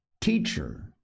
teacher